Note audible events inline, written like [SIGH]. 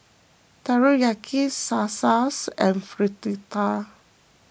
Teriyaki Salsa [UNINTELLIGIBLE] and Fritada